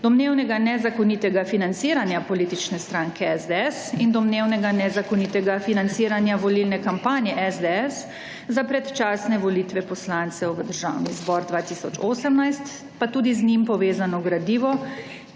domnevnega nezakonitega financiranja politične stranke SDS in domnevnega nezakonitega financiranja volilne kampanje SDS za predčasne volitve poslancev v Državni zbor 2018, pa tudi z njim povezano gradivo,